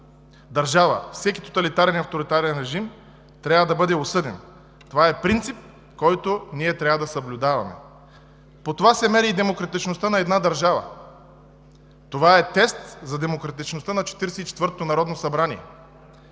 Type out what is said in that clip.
държава, всеки тоталитарен и авторитарен режим трябва да бъде осъден. Това е принцип, който ние трябва да съблюдаваме. По това се мери и демократичността на една държава. Това е тест за демократичността на Четиридесет